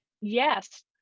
yes